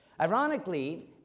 Ironically